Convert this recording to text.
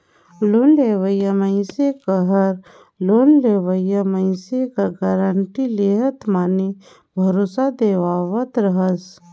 loan लेवइया मइनसे कहर लोन लेहोइया मइनसे कर गारंटी लेहत माने भरोसा देहावत हस